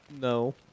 No